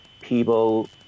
people